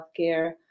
healthcare